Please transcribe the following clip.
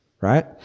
Right